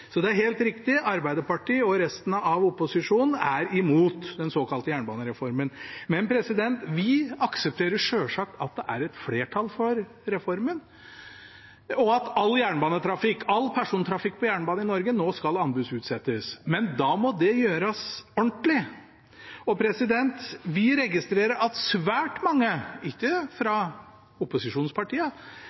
Så det er helt riktig: Arbeiderpartiet og resten av opposisjonen er imot den såkalte jernbanereformen. Men vi aksepterer selvsagt at det er et flertall for reformen, og at all jernbanetrafikk, all persontrafikk på jernbane i Norge, nå skal anbudsutsettes. Men da må det gjøres ordentlig. Vi registrer at svært mange – ikke fra